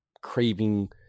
craving